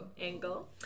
Angle